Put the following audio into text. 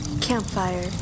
Campfire